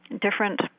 different